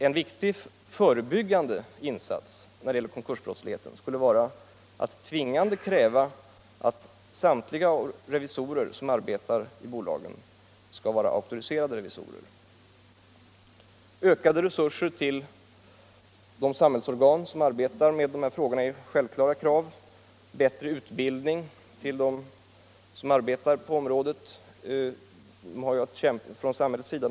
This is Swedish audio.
En viktig förebyggande insats när det gäller konkursbrottslighet skulle vara att tvingande kräva att samtliga revisorer som arbetar i bolagen skall vara auktoriserade eller godkända. Ökade resurser till de samhällsorgan som arbetar med dessa frågor och bättre utbildning till dem som arbetar på området från samhällets sida är självklara krav.